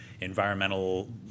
environmental